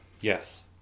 Yes